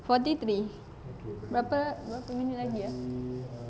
forty three berapa berapa minit lagi ah